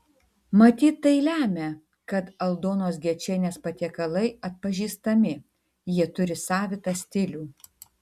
matyt tai lemia kad aldonos gečienės patiekalai atpažįstami jie turi savitą stilių